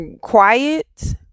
Quiet